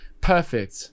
perfect